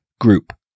group